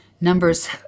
Numbers